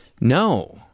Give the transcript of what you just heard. No